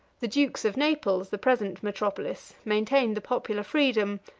the dukes of naples, the present metropolis, maintained the popular freedom,